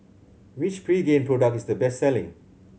which Pregain product is the best selling